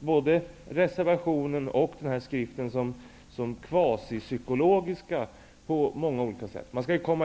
både reservationen och den här skriften som kvasipsykologiska på många olika sätt.